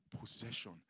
possession